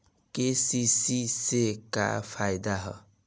KCC से का फायदा ह?